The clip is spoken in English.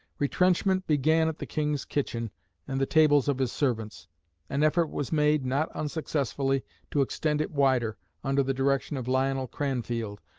retrenchment began at the king's kitchen and the tables of his servants an effort was made, not unsuccessfully, to extend it wider, under the direction of lionel cranfield,